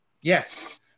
yes